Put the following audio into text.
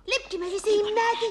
lipkime į medį